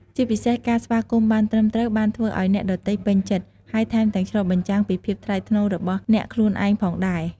ជាពិសេសការស្វាគមន៍បានត្រឹមត្រូវ បានធ្វើឱ្យអ្នកដទៃពេញចិត្ត ហើយថែមទាំងឆ្លុះបញ្ចាំងពីភាពថ្លៃថ្នូររបស់អ្នកខ្លួនឯងផងដែរ។